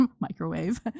microwave